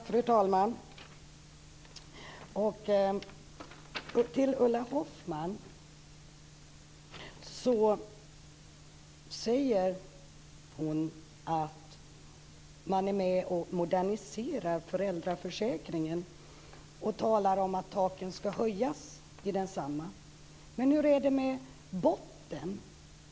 Fru talman! Ulla Hoffmann säger att man är med och moderniserar föräldraförsäkringen och talar om att taken ska höjas i den samma. Men hur är det med botten?